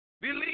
Believe